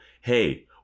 Hey